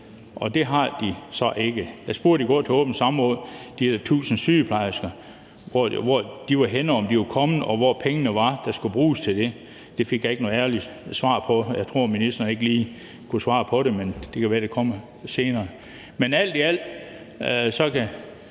det har man så ikke. Jeg spurgte i går til åbent samråd til, hvor de der 1.000 sygeplejersker var henne, om de var kommet, og hvor pengene, der skulle bruges til det, var, og det fik jeg ikke noget ærligt svar på. Jeg tror, at ministeren ikke lige kunne svare på det, men det kan jo være, det kommer senere. Alt i alt kan